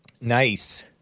Nice